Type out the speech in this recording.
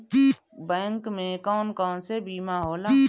Bank में कौन कौन से बीमा होला?